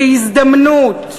כהזדמנות,